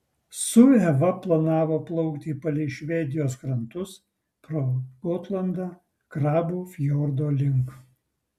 su eva planavo plaukti palei švedijos krantus pro gotlandą krabų fjordo link